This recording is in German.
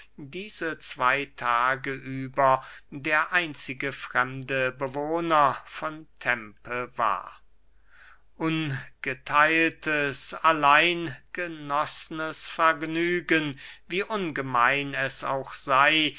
diese zwey tage über der einzige fremde bewohner von tempe war ungetheiltes allein genoßnes vergnügen wie ungemein es auch sey